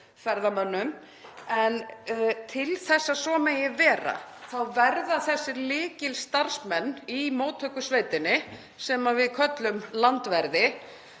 ferðamönnum. En til þess að svo megi vera verða þessir lykilstarfsmenn í móttökusveitinni sem við köllum landverði,